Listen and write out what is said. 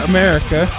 America